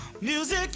music